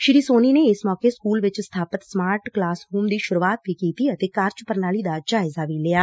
ਸ਼੍ਰੀ ਸੋਨੀ ਨੇ ਇਸ ਮੌਕੇ ਸਕ੍ਰਲ ਵਿੱਚ ਸਬਾਪਤ ਸਮਾਰਟ ਕਲਾਸ ਰੁਮ ਦੀ ਸੂਰੁਆਤ ਵੀ ਕੀਤੀ ਅਤੇ ਕਾਰਜਪੁਣਾਲੀ ਦਾ ਜਾਇਜ਼ਾ ਵੀ ਲਿਆ